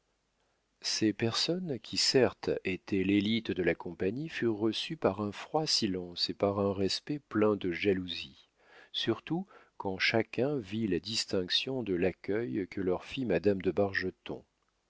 ces personnes qui certes étaient l'élite de la compagnie furent reçues par un froid silence et par un respect plein de jalousie surtout quand chacun vit la distraction de l'accueil que leur fit madame de